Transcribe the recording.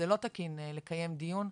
זה לא תקין לקיים דיון,